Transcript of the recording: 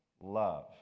love